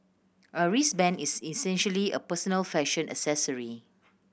a wristband is essentially a personal fashion accessory